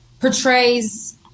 portrays